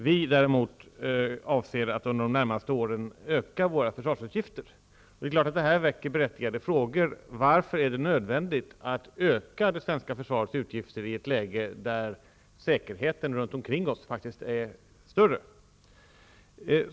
Vi däremot avser att under de närmaste åren öka våra försvarsutgifter. Det är klart att detta väcker berättigade frågor: Varför är det nödvändigt att öka det svenska försvarets utgifter i ett läge när säkerheten runt omkring oss faktiskt är större?